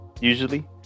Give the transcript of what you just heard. usually